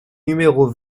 numéro